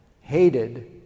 hated